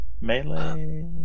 Melee